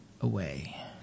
away